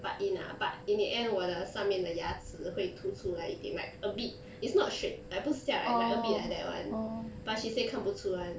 part in ah but in the end 我的上面的牙齿会凸出来一点 right a bit it's not straight like 不是这样 eh like a bit like that [one] but she say 看不出 [one]